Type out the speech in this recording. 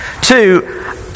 two